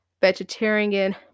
vegetarian